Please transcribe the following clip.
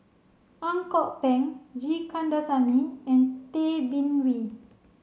Ang Kok Peng G Kandasamy and Tay Bin Wee